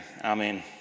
amen